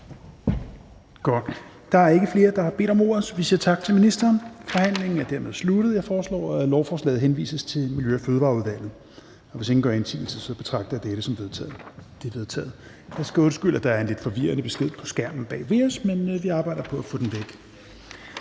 Der er ikke flere, der har bedt om ordet, så vi siger tak til ministeren. Forhandlingen er dermed sluttet. Jeg foreslår, at lovforslaget henvises til Miljø- og Fødevareudvalget. Hvis ingen gør indsigelse, betragter jeg dette som vedtaget. Det er vedtaget. Jeg skal undskylde, at der er en lidt forvirrende besked på skærmen bag ved os, men vi arbejder på at få den væk.